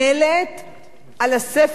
על הספר שהיא מציעה לי,